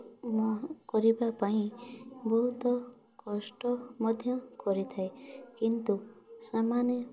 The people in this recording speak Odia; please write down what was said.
ମୁଁ କରିବା ପାଇଁ ବହୁତ କଷ୍ଟ ମଧ୍ୟ କରିଥାଏ କିନ୍ତୁ ସେମାନେ ମାନ୍ୟ